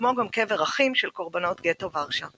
כמו גם קבר אחים של קורבנות גטו ורשה.